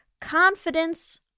Confidence